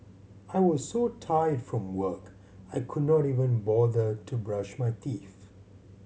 I was so tired from work I could not even bother to brush my teeth